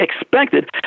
expected